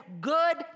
good